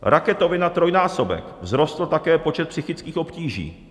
Raketově na trojnásobek vzrostl také počet psychických obtíží.